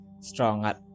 stronger